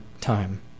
time